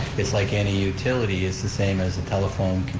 it's like any utility, it's the same as the telephone,